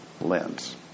lens